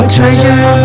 treasure